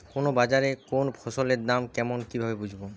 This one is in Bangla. কোন বাজারে কোন ফসলের দাম কেমন কি ভাবে বুঝব?